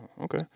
Okay